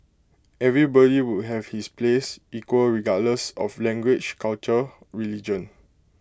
everybody would have his place equal regardless of language culture religion